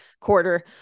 quarter